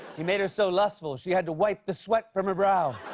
he made her so lustful, she had to wipe the sweat from her brow.